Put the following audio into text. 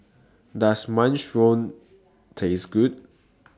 Does Minestrone Taste Good